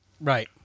Right